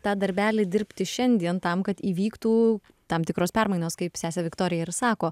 tą darbelį dirbti šiandien tam kad įvyktų tam tikros permainos kaip sesė viktorija ir sako